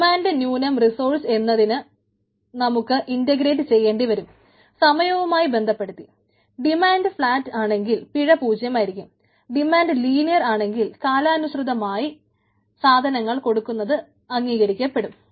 demand ന്യൂനം resource എന്നതിന് നമുക്ക് ഇൻറഗ്രേറ്റ് ആണെങ്കിൽ കാലാനുസൃതമായി സാധനങ്ങൾ കൊടുക്കുന്നത് അംഗീകരിക്കപ്പെടും